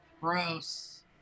gross